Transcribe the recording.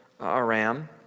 Aram